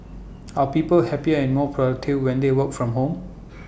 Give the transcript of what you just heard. are people happier and more productive when they work from home